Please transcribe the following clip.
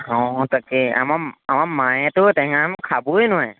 অ তাকেই আমাৰ আমাৰ মায়েতো টেঙা আম খাবই নোৱাৰে